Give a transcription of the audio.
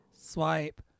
swipe